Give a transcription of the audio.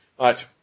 Right